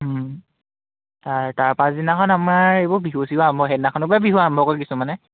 তাৰ তাৰ পাছদিনাখন আমাৰ এইবোৰ বিহু চিহু আৰম্ভ সেইদিনাখনৰ পৰা বিহু আৰম্ভ কৰে কিছুমানে